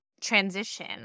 Transition